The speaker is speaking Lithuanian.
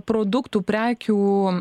produktų prekių